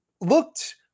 looked